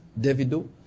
Davido